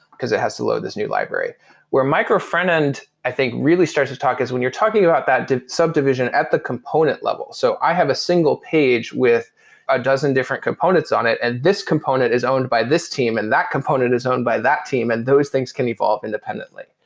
because it has to load this new library where micro front-end i think really starts to talk is when you're talking about that subdivision at the component level, so i have a single page with a dozen different components on it and this component is owned by this team and that component is owned by that team and those things can evolve independently,